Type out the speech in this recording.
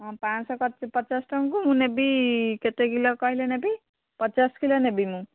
ହଁ ପାଞ୍ଚଶହ ପଚାଶ ଟଙ୍କାଙ୍କୁ ମୁଁ ନେବି କେତେ କିଲୋ କହିଲେ ନେବି ପଚାଶ କିଲୋ ନେବି ମୁଁ